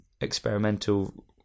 experimental